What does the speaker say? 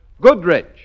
Goodrich